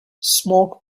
smoke